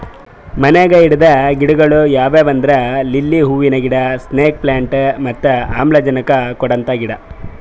ಮನ್ಯಾಗ್ ಇಡದ್ ಗಿಡಗೊಳ್ ಯಾವ್ಯಾವ್ ಅಂದ್ರ ಲಿಲ್ಲಿ ಹೂವಿನ ಗಿಡ, ಸ್ನೇಕ್ ಪ್ಲಾಂಟ್ ಮತ್ತ್ ಆಮ್ಲಜನಕ್ ಕೊಡಂತ ಗಿಡ